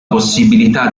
possibilità